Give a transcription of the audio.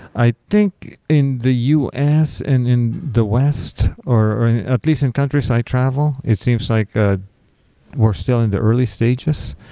i think in the u s. and in the west, or at least in countries i travel, it seems like ah we're still in the early stages.